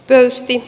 pesti